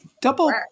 Double